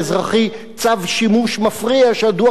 שהדוח קובע שאיננו חוקתי.